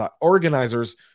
organizers